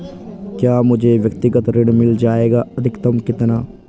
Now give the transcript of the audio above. क्या मुझे व्यक्तिगत ऋण मिल जायेगा अधिकतम कितना?